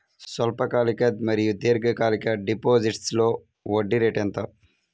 స్వల్పకాలిక మరియు దీర్ఘకాలిక డిపోజిట్స్లో వడ్డీ రేటు ఎంత?